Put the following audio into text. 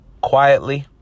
quietly